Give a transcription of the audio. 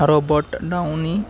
robot downy